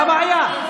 מה הבעיה?